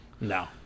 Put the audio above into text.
No